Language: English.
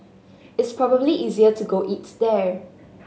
it's probably easier to go eat there